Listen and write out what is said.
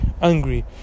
angry